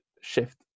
shift